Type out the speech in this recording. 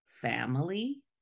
family